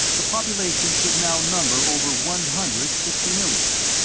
the population should now number over one hundred sixty millions.